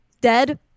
Dead